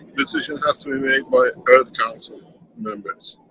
decision has to be made by earth council members